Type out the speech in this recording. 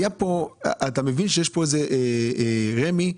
אתה מבין שצריך לסגור את רמ"י.